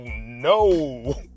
no